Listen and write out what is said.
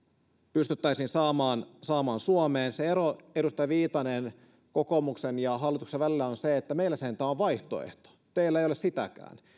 pystyttäisiin saamaan saamaan suomeen se ero edustaja viitanen kokoomuksen ja hallituksen välillä on se että meillä sentään on vaihtoehto teillä ei ole sitäkään